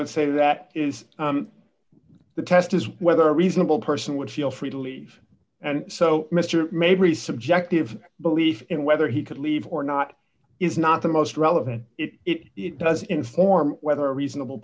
say that is the test is whether a reasonable person would feel free to leave and so mister may be subjective belief in whether he could leave or not is not the most relevant it does inform whether a reasonable